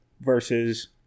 versus